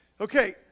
Okay